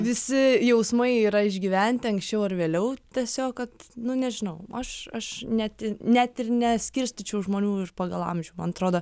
visi jausmai yra išgyventi anksčiau ar vėliau tiesiog kad nu nežinau aš aš net net ir neskirstyčiau žmonių iš pagal amžių man atrodo